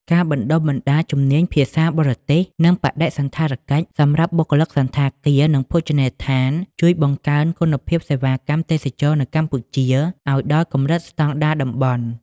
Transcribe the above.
ការបណ្ដុះបណ្ដាលជំនាញភាសាបរទេស និងបដិសណ្ឋារកិច្ចសម្រាប់បុគ្គលិកសណ្ឋាគារ និងភោជនីយដ្ឋាន ជួយបង្កើនគុណភាពសេវាកម្មទេសចរណ៍នៅកម្ពុជាឱ្យដល់កម្រិតស្ដង់ដារតំបន់។